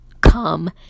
come